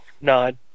nod